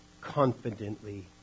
confidently